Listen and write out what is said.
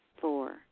Four